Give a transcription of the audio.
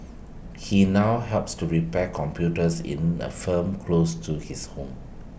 he now helps to repair computers in A firm close to his home